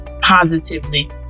positively